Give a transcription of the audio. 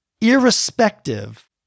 irrespective